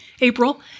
April